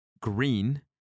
green